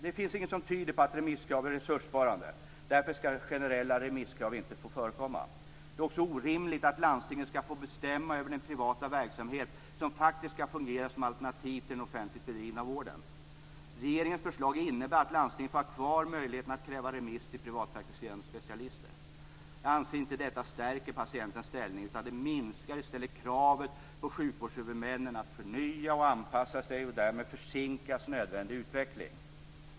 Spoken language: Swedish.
Det finns inget som tyder på att remisskrav är resurssparande. Därför skall generella remisskrav inte få förekomma. Det är också orimligt att landstingen skall få bestämma över den privata verksamhet som faktiskt skall fungera som alternativ till den offentligt bedrivna vården. Regeringens förslag innebär att landstingen får ha kvar möjligheten att kräva remiss till privatpraktiserande specialister. Jag anser inte att detta stärker patienternas ställning, utan det minskar i stället kravet på sjukvårdshuvudmännen att förnya och anpassa sig. Därmed försinkas nödvändig utveckling.